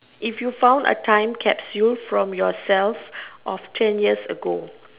if you found a time capsule from yourself of ten years ago